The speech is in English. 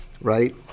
right